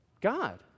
God